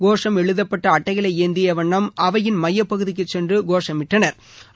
கோஷம் எழுதப்பட்ட அட்டைகளை ஏந்தி வண்ணம் அவையின் மைய பகுதிக்கு சென்று கோஷமிட்டாாகள்